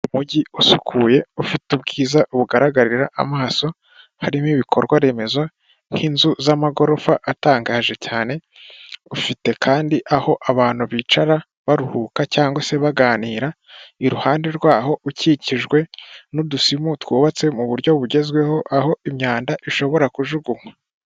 Umujyi usukuye ufite ubwiza bugaragarira amaso, harimo ibikorwaremezo nk'inzu z'amagorofa atangaje cyane, ufite kandi aho abantu bicara baruhuka cyangwa se baganira, iruhande rwaho ukikijwe n'udusimu twubatse mu buryo bugezweho aho imyanda ishobora kujugunkwa.